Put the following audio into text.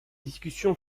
discussions